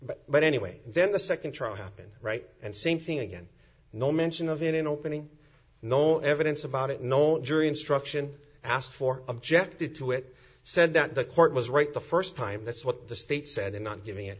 but but anyway then the nd trial happened right and same thing again no mention of it in opening no evidence about it known jury instruction asked for objected to it said that the court was right the st time that's what the state said they're not giving it